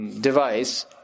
device